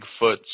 Bigfoots